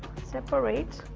separate.